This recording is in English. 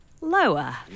lower